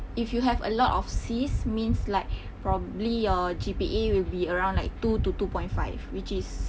if you have a lot of Cs means like probably your G_P_A will be around like two to two point five which is